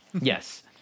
yes